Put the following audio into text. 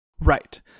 Right